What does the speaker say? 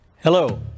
Hello